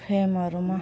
फ्रेमहरूमा